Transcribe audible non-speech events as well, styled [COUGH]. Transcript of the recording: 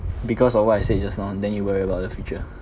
because of what I said just now then you worry about the future [BREATH]